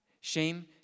Shame